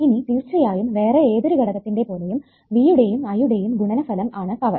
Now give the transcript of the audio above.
ഇനി തീർച്ചയായും വേറെ ഏതൊരു ഘടകത്തിന്റെ പോലെയും V യുടെയും I യുടെയും ഗുണനഫലം ആണ് പവർ